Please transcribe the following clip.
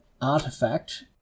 artifact